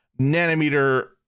nanometer